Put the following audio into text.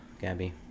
Gabby